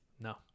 No